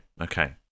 Okay